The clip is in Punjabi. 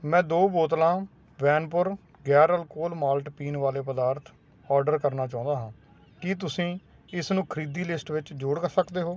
ਮੈਂ ਦੋ ਬੋਤਲਾਂ ਵੈਨ ਪੁੱਰ ਗੈਰ ਅਲਕੋਹਲ ਮਾਲਟ ਪੀਣ ਵਾਲੇ ਪਦਾਰਥ ਔਡਰ ਕਰਨਾ ਚਾਹੁੰਦਾ ਹਾਂ ਕੀ ਤੁਸੀਂ ਇਸਨੂੰ ਖਰੀਦੀ ਲਿਸਟ ਵਿੱਚ ਜੋੜ ਸਕਦੇ ਹੋ